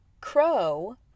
crow